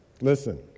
Listen